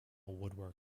woodwork